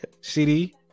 CD